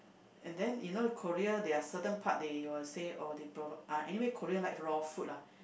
and then you know Korea there are certain parts they were said oh they provide uh anyway Korean likes raw food lah